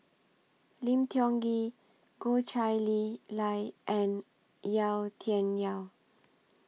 Lim Tiong Ghee Goh Chiew Lye and Yau Tian Yau